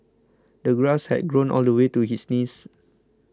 the grass had grown all the way to his knees